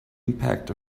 impact